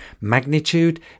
Magnitude